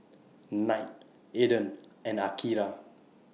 Knight Aden and Akira